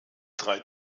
drei